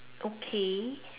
okay